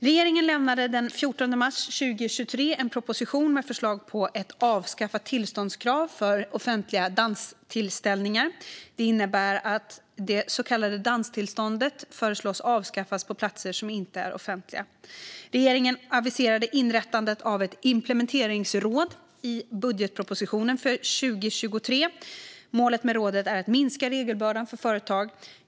Regeringen lämnade den 14 mars 2023 en proposition med förslag på ett avskaffat tillståndskrav för offentliga danstillställningar. Det innebär att det så kallade danstillståndet föreslås avskaffas på platser som inte är offentliga. Regeringen aviserade inrättandet av ett implementeringsråd i budgetpropositionen för 2023. Målet med rådet är att minska regelbördan för företag.